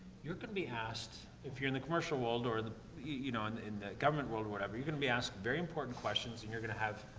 you're gonna be asked, if you're in the commercial world, or y you know, in, in the government world or whatever, you're gonna be asked very important questions, and you're gonna have